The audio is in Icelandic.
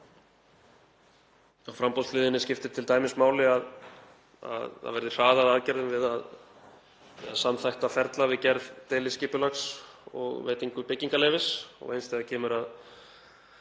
Á framboðshliðinni skiptir t.d. máli að hraðað verði aðgerðum við að samþætta ferla við gerð deiliskipulags og veitingu byggingarleyfis og eins þegar kemur að